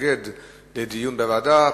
מתנגד לדיון בוועדה,